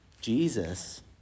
Jesus